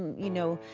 you know,